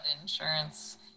insurance